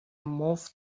مفت